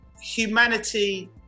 humanity